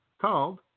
called